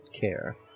care